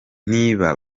niba